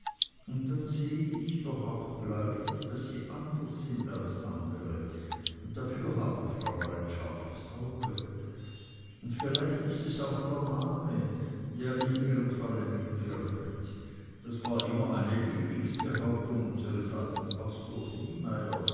und dann sehe ich doch auch gleich daß sie anders sind als andere dafür haben wir frauen ein scharfes auge vielleicht ist es auch der name der in ihrem falle mitwirkt das war immer eine lieblingsbehauptung unseres alten pastors niemeyer